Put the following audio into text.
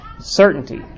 certainty